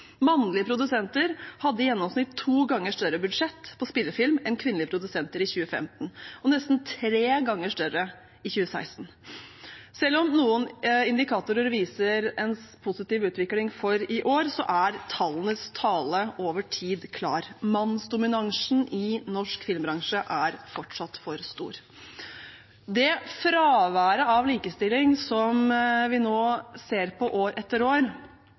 Mannlige produsenter hadde i gjennomsnitt to ganger større budsjett for spillefilm enn kvinnelige produsenter i 2015, og nesten tre ganger større i 2016. Selv om noen indikatorer viser en positiv utvikling for i år, er tallenes tale over tid klar. Mannsdominansen i norsk filmbransje er fortsatt for stor. Det fraværet av likestilling som vi ser år etter år,